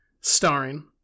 starring